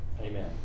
amen